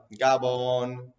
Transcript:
Gabon